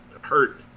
hurt